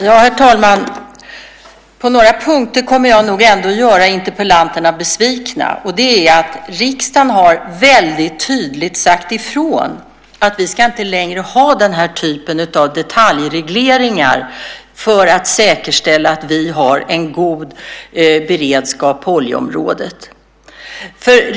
Herr talman! På några punkter kommer jag nog att göra interpellanterna besvikna. Riksdagen har nämligen mycket tydligt sagt ifrån att vi inte längre ska ha den typen av detaljregleringar för att säkerställa en god beredskap på oljeområdet.